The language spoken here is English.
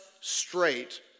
straight